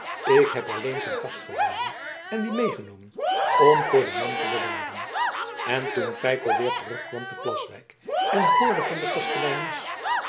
ik heb alleen zijn kast gevonden en die meegenomen om voor den man te bewaren en toen feiko weer terugkwam te plaswijk en hoorde van de kasteleines